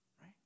right